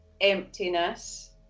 emptiness